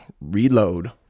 reload